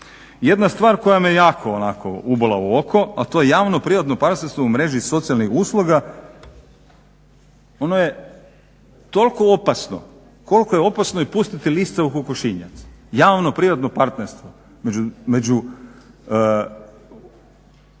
Jedna stvar koja me jako onako ubola u oko, a to je javno-privatno partnerstvo u mreži socijalnih usluga. Ono je toliko opasno koliko je opasno i pustiti lisca u kokošinjac javno-privatno partnerstvo,